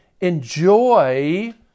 enjoy